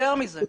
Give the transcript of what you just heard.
יותר מזה,